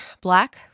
black